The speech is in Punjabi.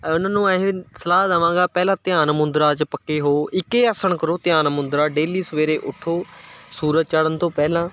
ਉਹਨਾਂ ਨੂੰ ਇਹ ਸਲਾਹ ਦੇਵਾਂਗਾ ਪਹਿਲਾਂ ਧਿਆਨ ਮੁੰਦਰਾਂ 'ਚ ਪੱਕੇ ਹੋ ਇੱਕੇ ਆਸਣ ਕਰੋ ਧਿਆਨ ਮੁੰਦਰਾ ਡੇਲੀ ਸਵੇਰੇ ਉੱਠੋ ਸੂਰਜ ਚੜਨ ਤੋਂ ਪਹਿਲਾਂ